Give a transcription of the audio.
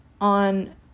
on